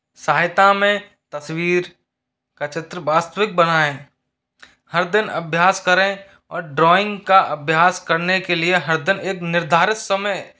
सहायता में तस्वीर का चित्र वास्तविक बनाएँ हर दिन अभ्यास करें और ड्राइंग का अभ्यास करने के लिए हर दिन एक निर्धारित समय